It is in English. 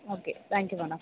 okay thank you madam